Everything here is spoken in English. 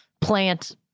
plant